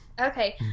Okay